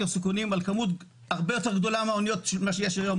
סיכונים על כמות הרבה יותר גדולה של אניות מזו שיש היום,